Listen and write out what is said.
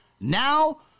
now